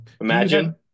Imagine